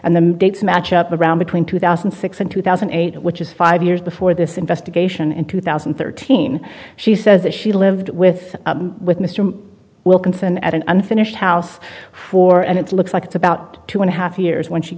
and the dates match up around between two thousand and six and two thousand and eight which is five years before this investigation in two thousand and thirteen she says that she lived with with mr wilkinson at an unfinished house for and it looks like it's about two and a half years when she